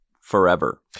forever